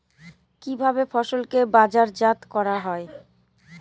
কিভাবে ফসলকে বাজারজাত করা হয়?